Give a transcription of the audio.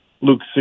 Luke